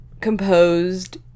composed